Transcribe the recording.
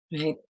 Right